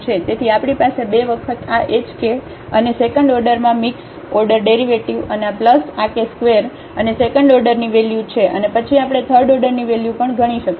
તેથી આપણી પાસે બે વખત આ h k અને સેકન્ડ ઓર્ડરમાં મિક્સ મિક્સ ઓર્ડર ડેરિવેટિવ અને આ કે ² અને સેકન્ડ ઓર્ડરની વેલ્યુ છે અને પછી આપણે થર્ડ ઓર્ડરની વેલ્યુ પણ ગણી શકીએ